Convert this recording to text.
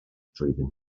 trwyddyn